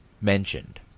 mentioned